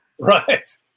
right